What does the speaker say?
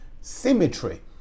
symmetry